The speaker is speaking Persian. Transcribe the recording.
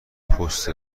پست